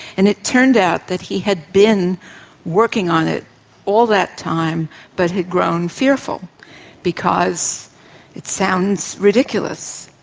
and it turned out that he had been working on it all that time but had grown fearful because it sounds ridiculous.